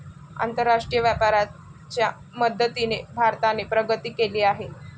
आंतरराष्ट्रीय व्यापाराच्या मदतीने भारताने प्रगती केली आहे